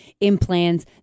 implants